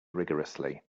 rigourously